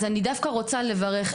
אז אני דווקא רוצה לברך.